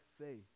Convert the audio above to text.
faith